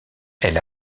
elle